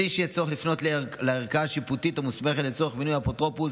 בלי שיהיה צורך לפנות לערכאה השיפוטית המוסמכת לצורך מינוי אפוטרופוס